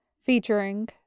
featuring